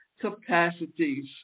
capacities